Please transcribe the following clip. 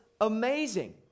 amazing